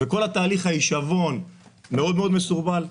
כל התהליך ההישבון הוא מאוד מסורבל.